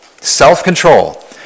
self-control